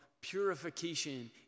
purification